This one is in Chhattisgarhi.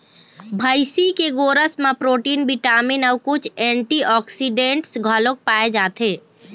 भइसी के गोरस म प्रोटीन, बिटामिन अउ कुछ एंटीऑक्सीडेंट्स घलोक पाए जाथे